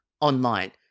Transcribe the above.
online